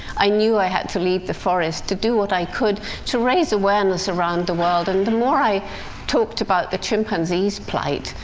i knew i had to leave the forest to do what i could to raise awareness around the world. and the more i talked about the chimpanzees' plight,